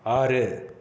ஆறு